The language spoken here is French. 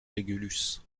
régulus